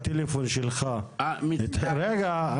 הטלפון שלך --- אני מתנצל --- רגע,